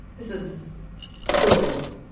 this is cruel